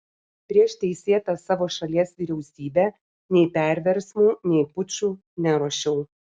prieš teisėtą savo šalies vyriausybę nei perversmų nei pučų neruošiau